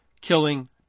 killing